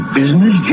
business